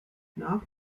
nach